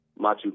Machu